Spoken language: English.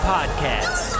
Podcast